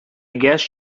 guess